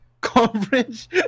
coverage